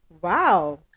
Wow